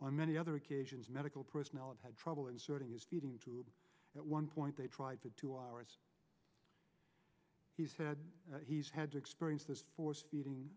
on many other occasions medical personnel and had trouble inserting is feeding tube at one point they tried to two hours he said he's had to experience the force feeding